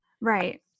Right